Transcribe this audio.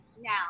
now